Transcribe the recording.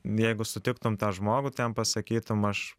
jeigu sutiktum tą žmogų tu jam pasakytum aš